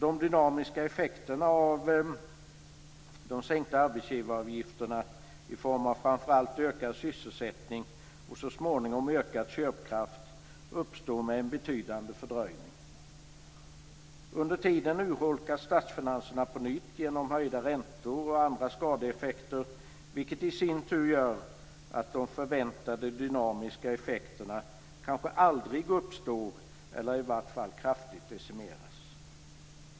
De dynamiska effekterna av de sänkta arbetsgivaravgifterna i form av framför allt ökad sysselsättning och så småningom ökad köpkraft uppstår med en betydande fördröjning. Under tiden urholkas statsfinanserna på nytt genom höjda räntor och andra skadeeffekter, vilket i sin tur gör att de förväntade dynamiska effekterna kanske aldrig uppstår eller i vart fall kraftigt decimeras.